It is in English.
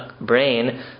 brain